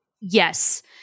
Yes